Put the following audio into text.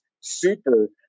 super